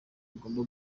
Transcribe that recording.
agomba